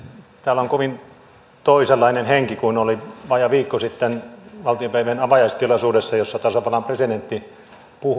täällä on kovin toisenlainen henki kuin oli vajaa viikko sitten valtiopäivien avajaistilaisuudessa jossa tasavallan presidentti puhui